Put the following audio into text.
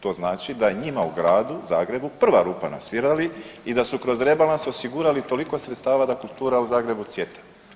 To znači da je njima u gradu Zagrebu prva rupa na svirali i da su kroz rebalans osigurali toliko sredstava da kultura u Zagrebu cvijeta.